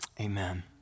Amen